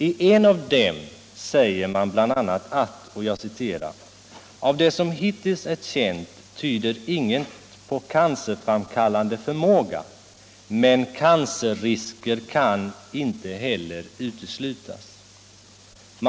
I en av dem säger man bl.a. att av det som hittills är känt tyder inget på cancerframkallande förmåga, men cancerrisker kan inte heller uteslutas.